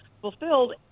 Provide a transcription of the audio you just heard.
fulfilled